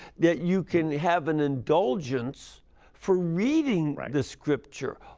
that you can have an indulgence for reading the scripture,